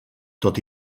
tot